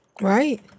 Right